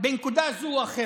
בנקודה זו או אחרת.